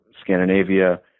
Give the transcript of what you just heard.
Scandinavia